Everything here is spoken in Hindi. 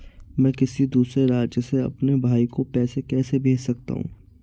मैं किसी दूसरे राज्य से अपने भाई को पैसे कैसे भेज सकता हूं?